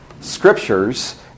scriptures